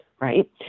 right